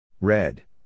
Red